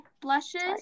blushes